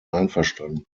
einverstanden